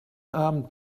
abend